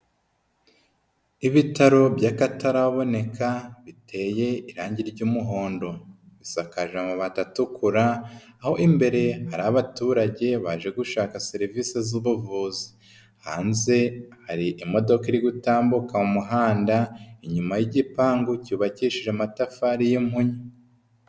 Ibitaro by'akataraboneka, biteye irangi ry'umuhondo, bisakaje amabati atukura, aho imbere hari abaturage baje gushaka serivisi z'ubuvuzi, hanze hari imodoka iri gutambuka mu muhanda, inyuma y'igipangu cyubakishije amatafari y'impunyu